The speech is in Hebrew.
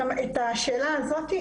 את השאלה הזאתי,